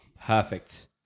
perfect